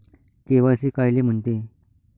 KYC कायले म्हनते?